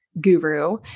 guru